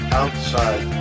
outside